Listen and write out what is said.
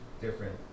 different